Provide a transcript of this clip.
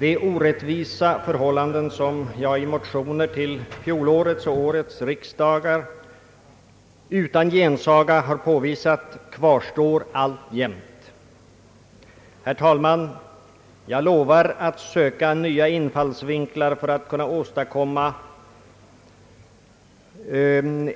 De orättvisa förhållanden som jag i motioner till fjolårets och årets riksdagar utan gensaga har påvisat kvarstår alltjämt. Herr talman! Jag lovar att söka nya infallsvinklar för att kunna åstadkomma